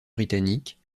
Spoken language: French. britannique